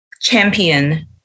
champion